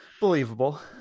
Believable